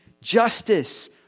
justice